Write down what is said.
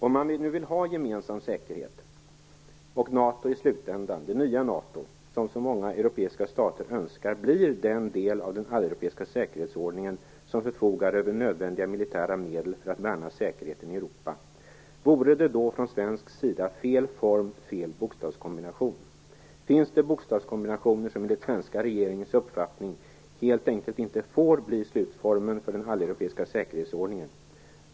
Om man nu vill ha gemensam säkerhet, och NATO i slutändan - det nya NATO som så många europeiska stater önskar - blir den del av den alleuropeiska säkerhetsordningen som förfogar över nödvändiga militära medel för att värna säkerheten i Europa, vore det då från svensk sida fel form eller fel bokstavskombination? Finns det bokstavskombinationer som enligt den svenska regeringens uppfattning helt enkelt inte får bli slutformen för den alleuropeiska säkerhetsordningen?